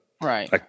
right